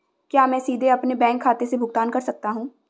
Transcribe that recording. क्या मैं सीधे अपने बैंक खाते से भुगतान कर सकता हूं?